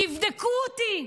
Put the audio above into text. תבדקו אותי.